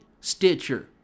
Stitcher